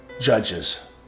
judges